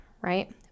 right